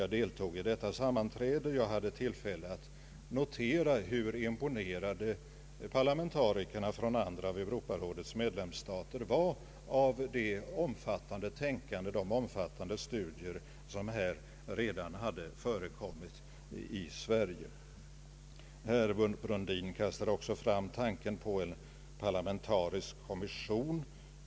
Jag deltog i detta sammanträde och hade tillfälle att notera hur imponerade parlamentarikerna från andra av Europarådets medlemsstater var av det omfattande tänkande och de omfattande studier som redan förekommit i Sverige. Herr Brundin kastade fram tanken på en parlamentarisk kommission.